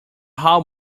how